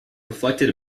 reflected